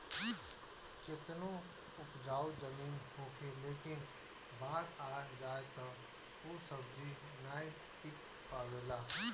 केतनो उपजाऊ जमीन होखे लेकिन बाढ़ आ जाए तअ ऊ सब्जी नाइ टिक पावेला